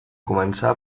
començar